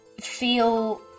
feel